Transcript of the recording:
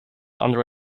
under